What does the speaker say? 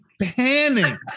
panic